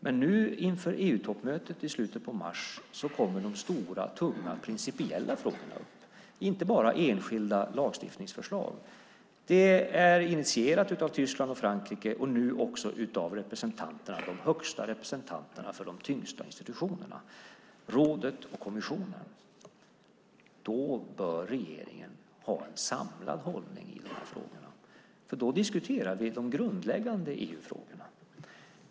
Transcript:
Men nu inför EU-toppmötet i slutet av mars kommer de stora, tunga principiella frågorna upp. Det är inte bara enskilda lagstiftningsförslag. De frågorna är initierade av Tyskland och Frankrike och nu också av de högsta representanterna för de tyngsta institutionerna, rådet och kommissionen. Då bör regeringen ha en samlad hållning i de frågorna. Då diskuterar vi ju de grundläggande EU-frågorna.